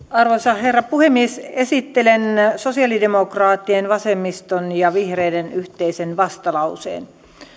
arvoisa herra puhemies esittelen sosialidemokraattien vasemmiston ja vihreiden yhteisen vastalauseen